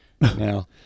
Now